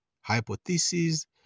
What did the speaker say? hypotheses